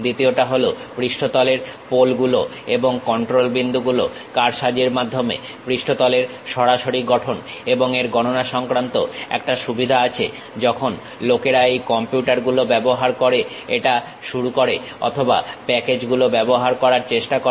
দ্বিতীয়টা হলো পৃষ্ঠতলের পোল গুলো এবং কন্ট্রোল বিন্দুগুলো কারসাজির মাধ্যমে পৃষ্ঠতলের সরাসরি গঠন এবং এর গণনা সংক্রান্ত একটা সুবিধা আছে যখন লোকেরা এই কম্পিউটার গুলো ব্যবহার করে এটা শুরু করে অথবা প্যাকেজ গুলো ব্যবহার করার চেষ্টা করে